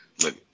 Look